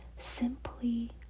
simply